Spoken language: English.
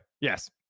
yes